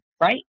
right